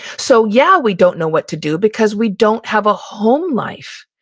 so yeah, we don't know what to do because we don't have a home life.